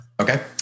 Okay